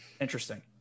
Interesting